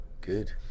Good